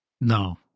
No